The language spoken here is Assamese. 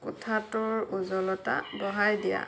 কোঠাটোৰ উজ্জ্বলতা বঢ়াই দিয়া